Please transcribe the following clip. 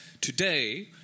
today